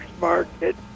market